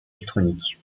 électronique